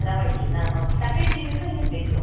ರವೆ ಇಡ್ಲಿನ ಓಕೆ ತಟ್ಟೆ ಇಡ್ಲಿ ಬೇಕಾ ಏನು ಬೇಕು